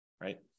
right